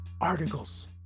articles